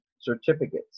certificates